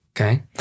Okay